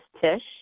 Tish